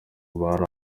bari